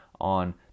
on